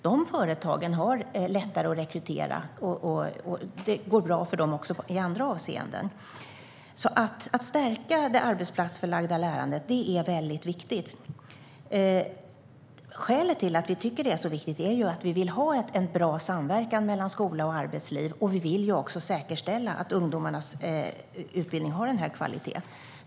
Dessa företag har lättare att rekrytera, och det går bra för dem också i andra avseenden. Det är alltså väldigt viktigt att stärka det arbetsplatsförlagda lärandet. Skälet till att vi tycker att det är så viktigt är att vi vill ha en bra samverkan mellan skola och arbetsliv och att vi vill säkerställa att ungdomarnas utbildning håller hög kvalitet.